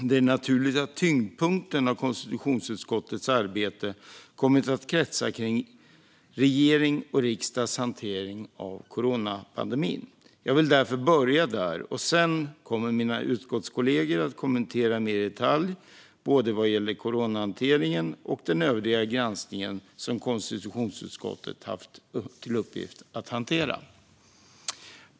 Det är naturligt att tyngdpunkten i konstitutionsutskottets arbete har kommit att kretsa kring regeringens och riksdagens hantering av coronapandemin. Jag vill därför börja där, och sedan kommer mina utskottskollegor att kommentera mer i detalj, vad gäller både coronahanteringen och den övriga granskning som konstitutionsutskottet haft till uppgift att hantera.